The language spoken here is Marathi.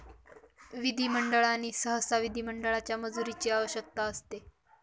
विधिमंडळ आणि सहसा विधिमंडळाच्या मंजुरीची आवश्यकता असते